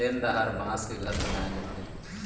तेन डाहर बांस के घर बनाए जाथे